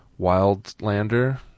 wildlander